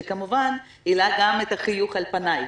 שכמובן העלה גם את החיוך על פניי.